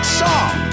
song